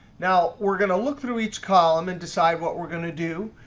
now we're going to look through each column and decide what we're going to do.